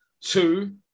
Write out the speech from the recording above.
two